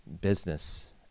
business